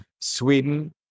Sweden